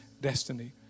destiny